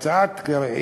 תראה,